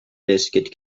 biscuit